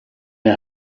der